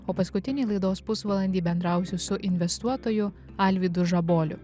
o paskutinį laidos pusvalandį bendrausiu su investuotoju alvydu žaboliu